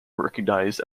recognized